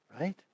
Right